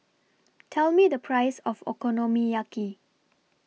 Tell Me The Price of Okonomiyaki